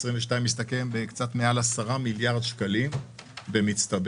2022 מסתכם בקצת מעל 10 מיליארד שקלים במצטבר.